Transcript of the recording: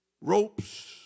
ropes